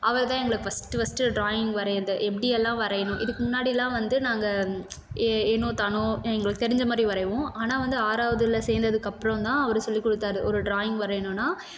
அவர்தான் எங்களுக்கு first first drawing வரையறது எப்படில்லாம் வரையணும் இதுக்கு முன்னாடியெலாம் வந்து நாங்கள் எ ஏனோ தானோ எங்களுக்கு தெரிஞ்ச மாதிரி வரைவோம் ஆனால் வந்து ஆறாவதில் சேர்ந்ததுக்கப்பறோம் தான் அவர் சொல்லிக்கொடுத்தாரு ஒரு ட்ராயிங் வரையணுன்னா